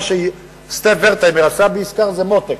מה שסטף ורטהיימר עשה בעיקר זה Mo-Tech,